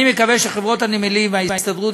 אני מקווה שחברות הנמלים וההסתדרות